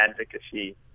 advocacy